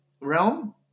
realm